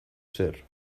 zer